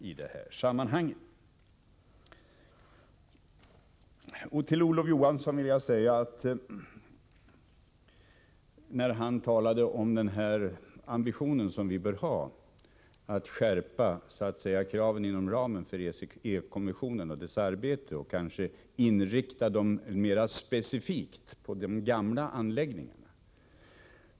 När Olof Johansson talade om den ambition som vi bör ha, sade han att man bör skärpa kraven inom ramen för ECE-kommissionens arbete och kanske inrikta dem mera specifikt på de gamla anläggningarna.